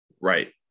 right